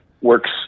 works